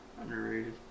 underrated